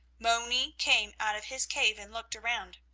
moni came out of his cave and looked around.